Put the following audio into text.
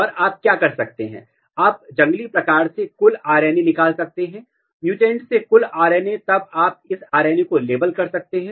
और आप क्या कर सकते हैं आप जंगली प्रकार से कुल आरएनए निकाल सकते हैं म्यूटेंट से कुल आरएनए तब आप इस आरएनए को लेबल कर सकते हैं